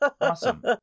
Awesome